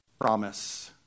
promise